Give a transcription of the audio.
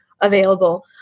available